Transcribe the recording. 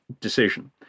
decision